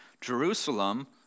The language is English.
Jerusalem